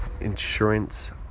insurance